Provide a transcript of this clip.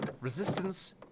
resistance